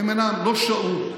הם אינם, לא שעו.